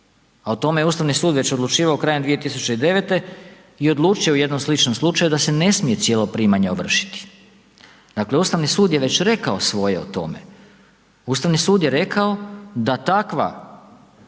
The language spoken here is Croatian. a o tome je Ustavni sud već odlučivao krajem 2009. i odlučio u jednom sličnom slučaju da se ne smije cijelo primanje ovršiti. Dakle, Ustavni sud je već rekao svoje o tome, Ustavni sud je rekao da takva